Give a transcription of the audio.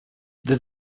this